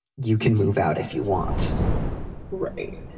you can move out if you want right.